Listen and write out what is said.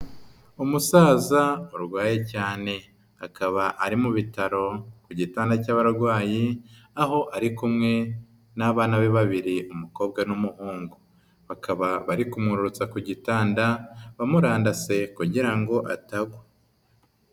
Umusaza urwaye cyane, akaba ari mu bitaro ku gitanda cy'abarwayi, aho ari kumwe n'abana be babiri umukobwa n'umuhungu, bakaba bari kumwururutsa ku gitanda bamurandase kugira ngo atagwa.